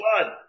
one